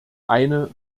eine